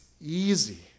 Easy